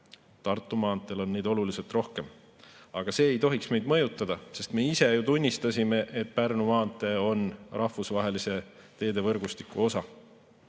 Tartu maanteel on neid oluliselt rohkem. Aga see ei tohiks meid mõjutada, sest me ise ju tunnistasime, et Pärnu maantee on rahvusvahelise teevõrgustiku osa.